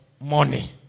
money